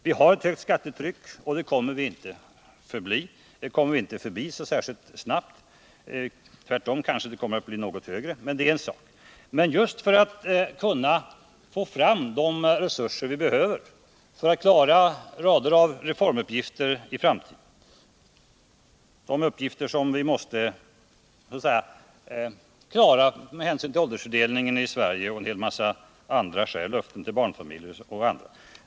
Vi har ett högt skattetryck, och det kommer vi inte förbi så särskilt snabbt. Tvärtom kommer det kanske att bli något högre. Men vi måste ju få fram de resurser vi behöver för att klara rader av reformuppgifter i framtiden — löften till de gamla, till barnfamiljer osv.